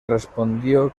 respondió